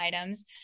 items